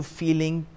feeling